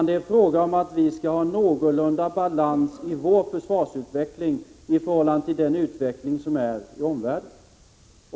Det är fråga om att vi skall ha någorlunda balans i vår försvarsutveckling i förhållande till den utveckling som sker i omvärlden.